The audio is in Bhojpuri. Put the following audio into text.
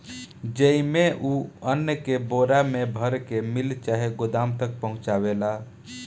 जेइमे, उ अन्न के बोरा मे भर के मिल चाहे गोदाम तक पहुचावेला